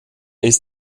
ist